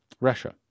Russia